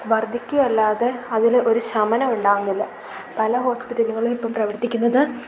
വർദ്ധിക്കുകയല്ലാതെ അതിൽ ഒരു ശമനം ഉണ്ടാവുന്നില്ല പല ഹോസ്പിറ്റലുകളും ഇപ്പം പ്രവർത്തിക്കുന്നത്